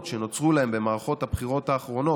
שנוצרו להן במערכות הבחירות האחרונות,